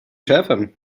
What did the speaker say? šéfem